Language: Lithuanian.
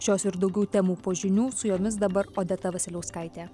šios ir daugiau temų po žinių su jomis dabar odeta vasiliauskaitė